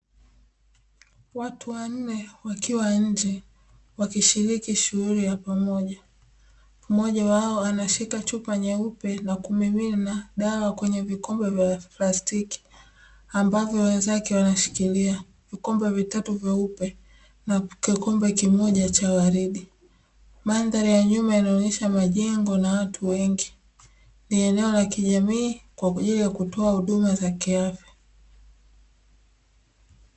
Watu wanne wakiwa nje wakishiriki shughuli ya pamoja, mmoja wao anashika chupa nyeupe na kumimina dawa kwenye vikombe vya plastiki ambavyo wenzake wanashikilia, vikombe vitatu vyeupe na kikombe kimoja cha waridi, mandhari ya nyuma inaonesha majengo na watu wengi, ni eneo la kijamii kwa ajili ya kutoa huduma ya afya.